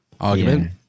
argument